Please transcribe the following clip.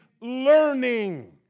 learning